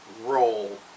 role